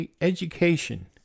education